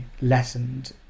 lessened